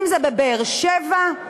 אם בבאר-שבע,